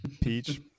peach